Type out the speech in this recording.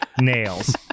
nails